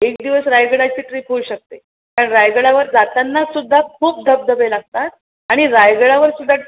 एक दिवस रायगडाची ट्रीप होऊ शकते कारण रायगडावर जाताना सुद्धा खूप धबधबे लागतात आणि रायगडावर सुद्धा